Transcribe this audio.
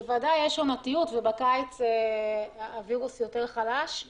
עונתיות ובקיץ הווירוס חלש יותר.